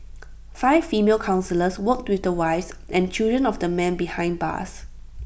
five female counsellors worked to the wives and children of the men behind bars